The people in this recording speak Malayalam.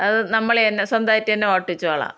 അത് നമ്മൾ തന്നെ സ്വന്തമായിട്ട് തന്നെ ഓട്ടിച്ചോളാം